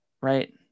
right